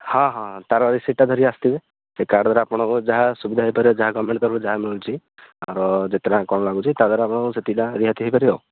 ହଁ ହଁ ତା'ର ରିସିପ୍ଟଟା ଧରିକି ଆସିଥିବେ ସେଇ କାର୍ଡ଼ ଦ୍ୱାରା ଆପଣଙ୍କୁ ଯାହା ସୁବିଧା ହେଇପାରିବ ଯାହା ଗଭର୍ଣ୍ଣମେଣ୍ଟ ତରଫରୁ ଯାହା ମିଳୁଛି ଯେତେ ଟଙ୍କା କ'ଣ ଲାଗୁଛି ତାହା ଦେହରେ ସେତିକି ଟଙ୍କା ରିହାତି ହେଇ ପାରିବ ଆଉ